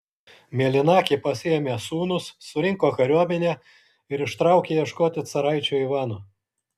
mėlynakė pasiėmė sūnus surinko kariuomenę ir ištraukė ieškoti caraičio ivano